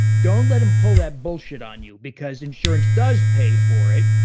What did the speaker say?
don't let him pull that bullshit on you, because insurance does pay for it.